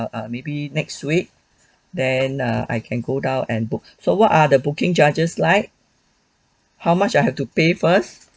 err maybe next week then uh I can go down and book so what are the booking charges like how much I have to pay first